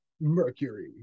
Mercury